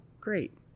great